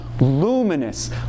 luminous